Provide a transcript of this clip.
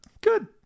Good